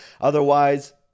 Otherwise